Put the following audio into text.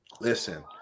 Listen